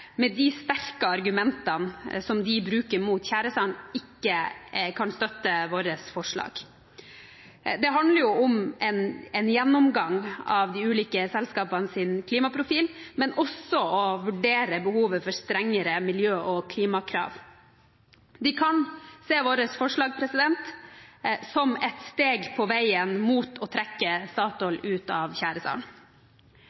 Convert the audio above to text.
med de sterke argumentene som de bruker mot tjæresand, ikke kan støtte vårt forslag. Det handler om en gjennomgang av de ulike selskapenes klimaprofil, men også om å vurdere behovet for strengere miljø- og klimakrav. De kan se vårt forslag som et steg på veien mot å trekke